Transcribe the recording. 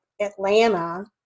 Atlanta